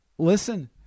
Listen